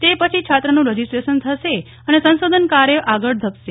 તે પછી છાત્રનું રજિસ્ટ્રેશન થશે અને સંશોધન કાર્ય આગળ ધપશે